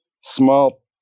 small